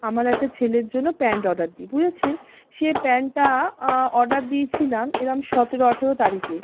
আমার একটা ছেলের জন্য প্যান্ট অর্ডার দিই বুজেছেন সে প্যান্টটা অর্ডার দিয়েছিলাম এরম সতেরো আঠেরো তারিখে